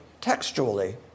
textually